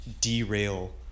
derail